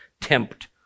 tempt